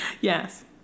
Yes